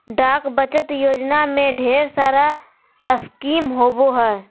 डाक बचत योजना में ढेर सारा स्कीम होबो हइ